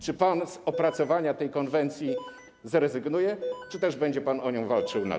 Czy pan z opracowania tej konwencji zrezygnuje, czy też będzie pan o nią walczył nadal?